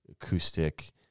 acoustic